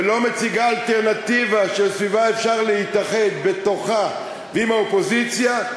ולא מציגה אלטרנטיבה שסביבה אפשר להתאחד בתוכה ועם האופוזיציה,